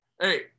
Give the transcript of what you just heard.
hey